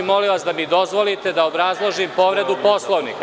Molim vas da mi dozvolite da obrazložim povredu Poslovnika.